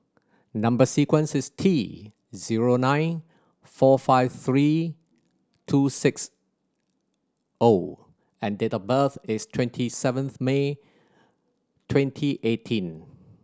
number sequence is T zero nine four five three two six O and date of birth is twenty seventh May twenty eighteen